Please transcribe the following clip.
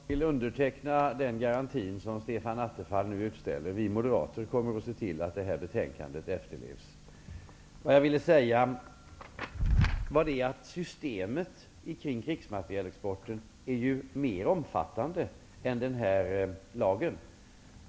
Fru talman! Jag vill underteckna den garanti som Stefan Attefall nu utställer. Vi moderater kommer att se till att det här betänkandet efterlevs. Systemet kring krigsmaterielexporten är ju mer omfattande än lagen.